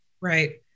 Right